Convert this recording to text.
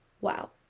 Wow